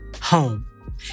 home